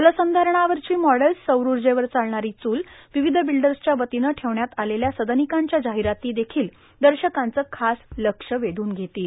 जलसंधारणावरची models सौर उर्जेवर चालणारी चूल विविध बिल्डर्सच्या वतीनं ठेवण्यात आलेल्या सदनिकांच्या जाहिराती देखील दर्शकांचं खास लक्ष वेधून घेतील